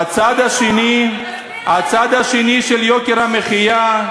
הצד השני של יוקר המחיה,